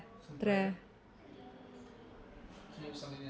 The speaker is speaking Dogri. त्रै